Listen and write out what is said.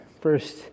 first